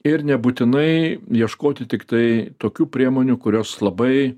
ir nebūtinai ieškoti tiktai tokių priemonių kurios labai